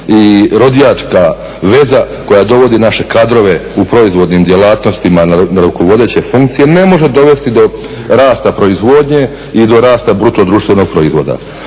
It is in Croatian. i rodijačka veza koja dovodi naše kadrove u proizvodnim djelatnostima na rukovodeće funkcije ne može dovesti do rasta proizvodnje i do rasta bruto društvenog proizvoda.